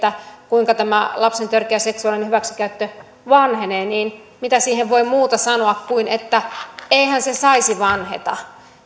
kuinka tämä lapsen törkeä seksuaalinen hyväksikäyttö vanhenee mitä siihen voi muuta sanoa kuin että eihän se saisi vanheta